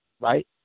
right